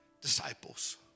disciples